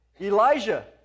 Elijah